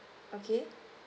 okay